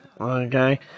Okay